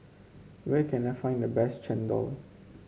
where can I find the best chendol